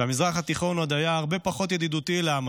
כשהמזרח התיכון עוד היה הרבה פחות ידידותי לעם